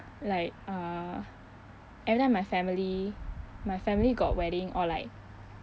like uh every time my family my family got wedding or like